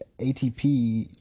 ATP